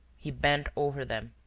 he bent over them,